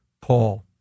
Paul